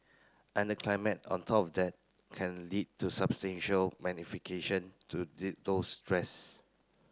and climate on top of that can lead to substantial magnification to the those stress